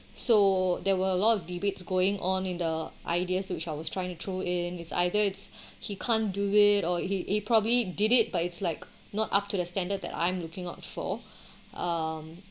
so there were a lot of debates going on in the ideas which I was trying to throw in it's either is he can't do it or he he probably did it but it's like not up to the standard that I'm looking out for um